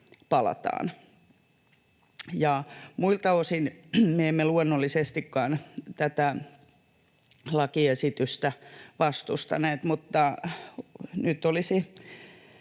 palataan. Muilta osin me emme luonnollisestikaan tätä lakiesitystä vastustaneet. Mutta nyt olisi